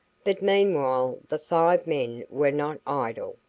but meanwhile the five men were not idle.